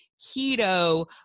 keto